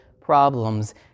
problems